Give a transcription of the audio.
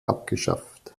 abgeschafft